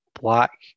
black